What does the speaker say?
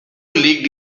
leaked